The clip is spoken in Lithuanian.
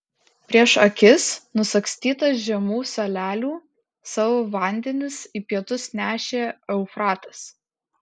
prieš akis nusagstytas žemų salelių savo vandenis į pietus nešė eufratas